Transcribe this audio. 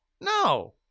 No